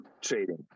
trading